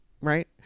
right